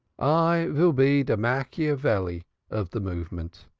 i vill be de machiavelli of de movement.